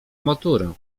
maturę